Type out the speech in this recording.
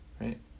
right